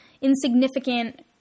insignificant